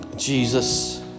Jesus